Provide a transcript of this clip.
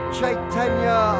Chaitanya